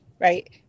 Right